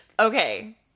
Okay